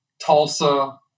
Tulsa